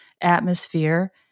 atmosphere